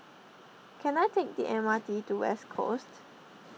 can I take the M R T to West Coast